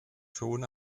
schon